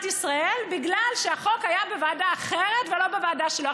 ישראל בגלל שהחוק היה בוועדה אחרת ולא בוועדה שלו.